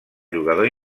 jugador